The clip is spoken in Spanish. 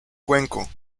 cuenco